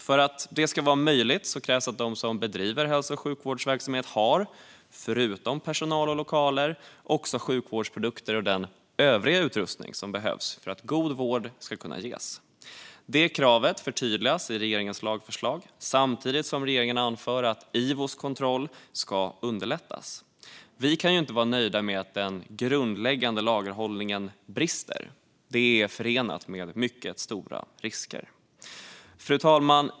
För att det ska vara möjligt krävs att de som bedriver hälso och sjukvårdsverksamhet förutom personal och lokaler också har de sjukvårdsprodukter och den övriga utrustning som behövs för att god vård ska kunna ges. Det kravet förtydligas i regeringens lagförslag, samtidigt som regeringen anför att Ivos kontroll ska underlättas. Vi kan inte vara nöjda med att den grundläggande lagerhållningen brister. Det är förenat med mycket stora risker. Fru talman!